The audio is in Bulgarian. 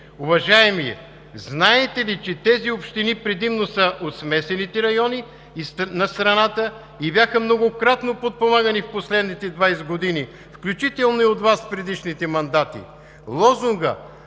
Уважаеми, знаете ли, че тези общини предимно са от смесените райони на страната и бяха многократно подпомагани в последните 20 години, включително и от Вас, в предишните мандати?